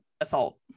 assault